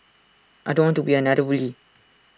I don't want to be another bully